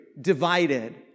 divided